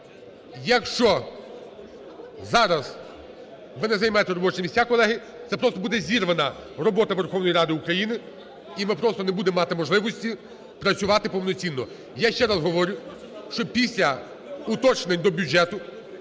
Якщо зараз ви не займете робочі місця, колеги, це просто буде зірвана робота Верховної Ради України, і ми просто не будемо мати можливості працювати повноцінно. Я ще раз говорю, що після уточнень до бюджету